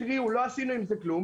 התריעו, לא עשינו עם זה כלום.